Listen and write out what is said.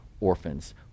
orphans